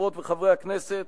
חברות וחברי הכנסת,